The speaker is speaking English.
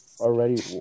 Already